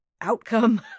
outcome